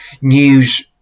news